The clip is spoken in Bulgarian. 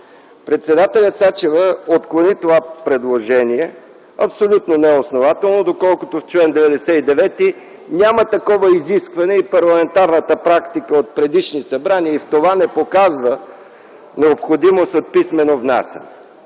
Председателят Цачева отклони това предложение абсолютно неоснователно, доколкото в чл. 99 няма такова изискване и парламентарната практика от предишни Събрания, и в това не показва необходимост от писмено внасяне.